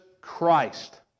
Christ